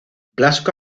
blasco